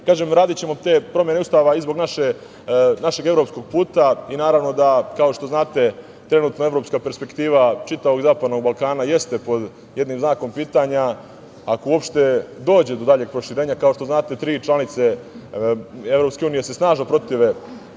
radićemo te promene Ustava i zbog našeg evropskog puta. Naravno da, kao što znate, trenutno evropska perspektiva čitavog zapadnog Balkana jeste pod jednim znakom pitanja, ako uopšte dođe do daljeg proširenja. Kao što znate, tri članice EU se snažno protive